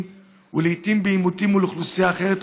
ולעיתים בעימותים מול אוכלוסייה אחרת,